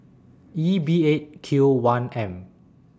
E B eight Q one M